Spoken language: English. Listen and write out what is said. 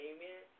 Amen